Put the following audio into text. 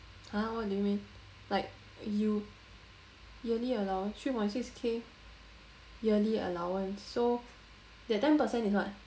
!huh! what do you mean like you yearly allowance three point six k yearly allowance so that ten percent is what